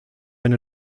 eine